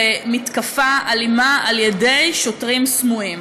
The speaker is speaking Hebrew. מתקפה אלימה על-ידי שוטרים סמויים.